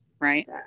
Right